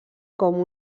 com